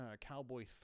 cowboy